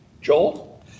Joel